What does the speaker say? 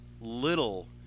little